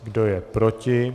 Kdo je proti?